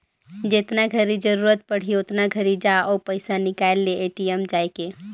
जेतना घरी जरूरत पड़ही ओतना घरी जा अउ पइसा निकाल ले ए.टी.एम जायके